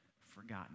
forgotten